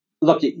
Look